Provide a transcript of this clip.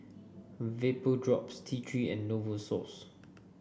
Vapodrops T Three and Novosource